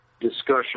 discussion